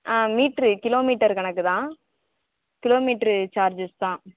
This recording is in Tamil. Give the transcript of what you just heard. ஆ மீட்ரு கிலோமீட்டர் கணக்குதான் கிலோமீட்ரு சார்ஜஸ்தான்